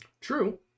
True